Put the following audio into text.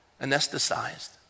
anesthetized